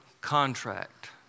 contract